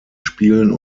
spielen